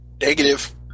Negative